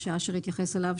אשר קודם התייחס לזה.